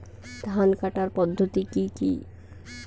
ধান কাটার পদ্ধতি কি কি?